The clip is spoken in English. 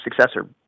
successor